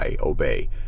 obey